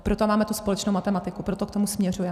Proto máme tu společnou matematiku, proto k tomu směřujeme.